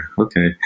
okay